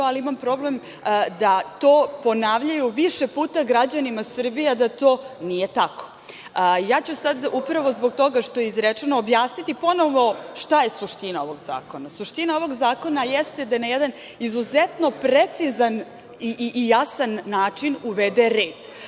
ali imam problem da to ponavljaju više puta građanima Srbije, a da to nije tako. Upravo zbog toga što je izrečeno, ponovo ću objasniti šta je suština ovog zakona. Suština ovog zakona jeste da na jedan izuzetno precizan i jasan način uvede red.